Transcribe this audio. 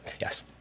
yes